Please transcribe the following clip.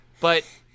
But-